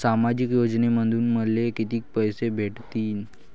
सामाजिक योजनेमंधून मले कितीक पैसे भेटतीनं?